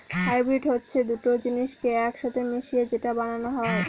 hybrid হচ্ছে দুটো জিনিসকে এক সাথে মিশিয়ে যেটা বানানো হয়